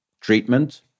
treatment